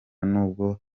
n’ubwo